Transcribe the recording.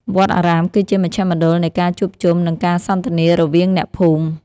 វត្តអារាមគឺជាមជ្ឈមណ្ឌលនៃការជួបជុំ និងការសន្ទនារវាងអ្នកភូមិ។